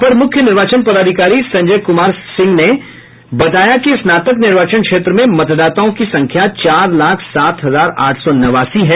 अपर मुख्य निर्वाचन पदाधिकारी संजय कुमार सिंह ने बताया कि स्नातक निर्वाचन क्षेत्र में मतदाताओं की संख्या चार लाख सात हजार आठ सौ नवासी है